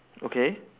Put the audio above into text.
okay